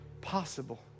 possible